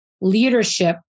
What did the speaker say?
leadership